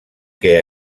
que